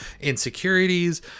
insecurities